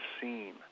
seen